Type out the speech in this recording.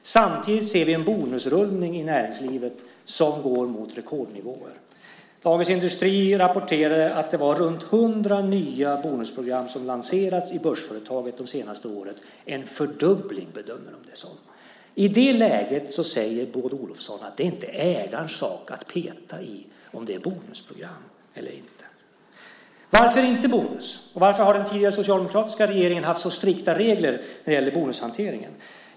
Samtidigt ser vi en bonusrullning i näringslivet som går mot rekordnivåer. Dagens Industri rapporterade att det var runt hundra nya bonusprogram som lanserats i börsföretagen de senaste åren. En fördubbling, bedömer de det som. I det läget säger Maud Olofsson att det inte är ägarens sak att peta i om det är bonusprogram eller inte. Varför inte bonus? Varför har den tidigare socialdemokratiska regeringen haft så strikta regler när det gäller bonushanteringen?